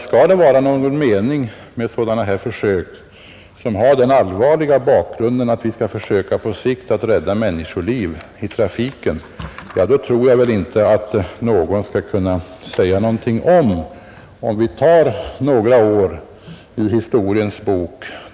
Skall det vara någon mening med sådana här försök, som har den allvarliga bakgrunden att vi på sikt vill rädda människoliv, tror jag väl inte att någon skall kunna säga någonting om att vi tar några år ur historiens bok.